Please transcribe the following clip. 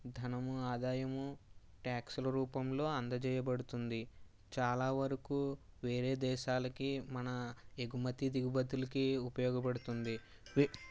ధనము ఆదాయము ట్యాక్స్ల రూపంలో అందజేయబడుతుంది చాలా వరకు వేరే దేశాలకి మన ఎగుమతి దిగుబతులకి ఉపయోగపడుతుంది